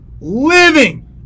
living